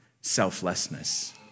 Selflessness